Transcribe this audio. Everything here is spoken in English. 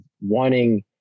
wanting